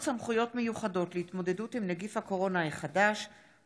מסמכים שהונחו